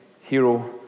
hero